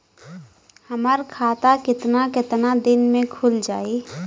हमर खाता कितना केतना दिन में खुल जाई?